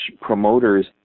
promoters